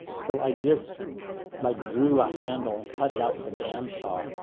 so i just like drew a handle and cut it out with a band saw.